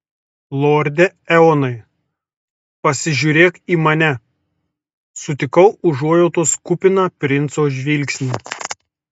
lorde eonai pasižiūrėk į mane sutikau užuojautos kupiną princo žvilgsnį